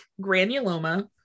granuloma